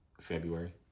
February